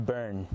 Burn